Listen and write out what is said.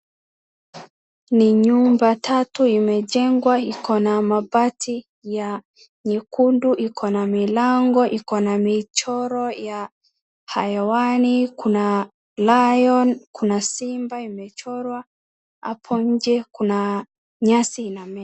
Ni nyumba tatu imejengwa iko na mabati ya nyekundu, iko na milango, iko na michoro ya hayawani, kuna lion kuna simba imechorwa hapo nje kuna nyasi inamea.